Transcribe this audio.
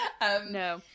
No